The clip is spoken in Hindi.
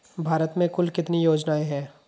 भारत में कुल कितनी योजनाएं हैं?